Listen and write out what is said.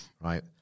Right